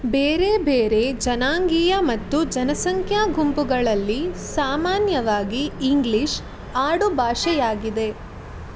ಬೇರೆ ಬೇರೆ ಜನಾಂಗೀಯ ಮತ್ತು ಜನಸಂಖ್ಯಾ ಗುಂಪುಗಳಲ್ಲಿ ಸಾಮಾನ್ಯವಾಗಿ ಇಂಗ್ಲೀಷ್ ಆಡುಭಾಷೆಯಾಗಿದೆ